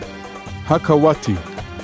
Hakawati